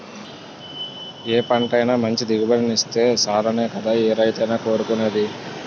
ఏ పంటైనా మంచి దిగుబడినిత్తే సాలనే కదా ఏ రైతైనా కోరుకునేది?